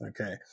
Okay